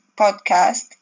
podcast